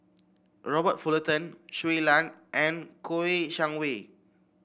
Robert Fullerton Shui Lan and Kouo Shang Wei